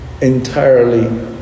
entirely